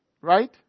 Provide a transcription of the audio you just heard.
Right